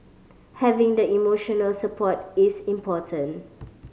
having the emotional support is important